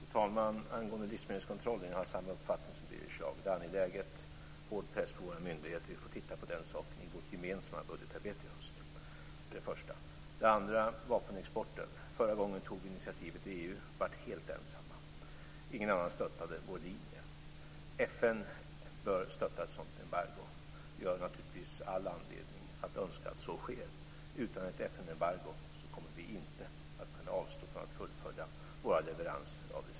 Fru talman! Angående livsmedelskontrollen har jag samma uppfattning som Birger Schlaug. Det är angeläget och det är en hård press på våra myndigheter. Vi får titta på den saken i vårt gemensamma budgetarbete i höst. Birger Schlaug tog upp vapenexporten. Förra gången tog vi ett initiativ i EU. Vi blev helt ensamma. Ingen annan stöttade vår linje. FN bör stötta ett sådant embargo. Vi har all anledning att önska att så sker. Utan ett FN-embargo kommer vi inte att kunna avstå från att fullfölja våra leveranser av reservdelar.